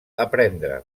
aprendre